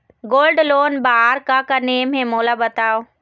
Gold loan बार का का नेम हे, मोला बताव?